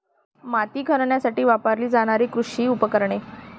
माती खणण्यासाठी वापरली जाणारी कृषी उपकरणे